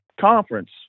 conference